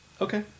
Okay